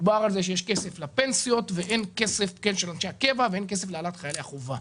דובר על זה שיש כסף לפנסיות של אנשי הקבע ואין כסף להעלאת חיילי החובה.